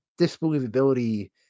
disbelievability